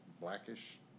blackish